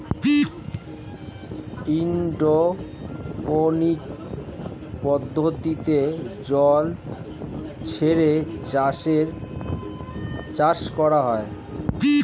hydroponics পদ্ধতিতে জল ছড়িয়ে চাষ করা হয়